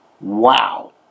Wow